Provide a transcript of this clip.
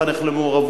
וצריך לחנך למעורבות,